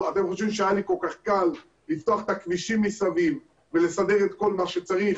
חושבים שהיה לי כל כך קל לפתוח את הכבישים מסביב ולסדר את כל מה שצריך?